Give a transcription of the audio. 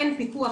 אין פיקוח.